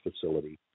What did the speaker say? facility